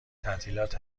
تعطیلات